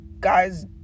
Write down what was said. guys